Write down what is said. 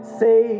say